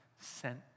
sent